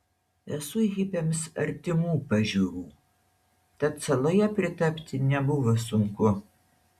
esu hipiams artimų pažiūrų tad saloje pritapti nebuvo sunku